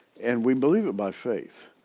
and we believe it by faith,